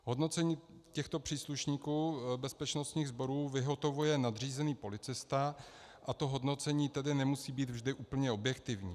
Hodnocení těchto příslušníků bezpečnostních sborů vyhotovuje nadřízený policista, to hodnocení tedy nemusí být vždy úplně objektivní.